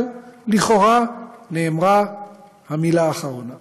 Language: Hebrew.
אבל לכאורה נאמרה המילה האחרונה.